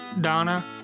donna